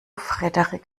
frederik